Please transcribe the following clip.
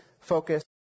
focus